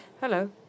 Hello